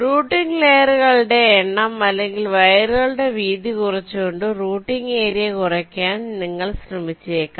routing ലയേറുകളുടെ എണ്ണം അല്ലെങ്കിൽ വയറുകളുടെ വീതി കുറച്ചു കൊണ്ട് റൂട്ടിംഗ് ഏരിയ കുറക്കാൻ നിങ്ങൾ ശ്രമിച്ചേക്കാം